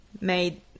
made